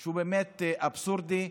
שהוא באמת אבסורדי,